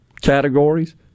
categories